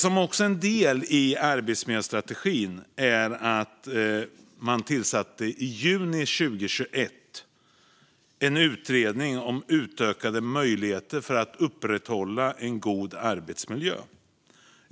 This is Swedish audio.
En del i arbetsmiljöstrategin var att i juni 2021 tillsätta en utredning om utökade möjligheter för att upprätthålla en god arbetsmiljö.